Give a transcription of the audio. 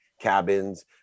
cabins